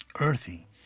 earthy